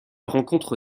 rencontre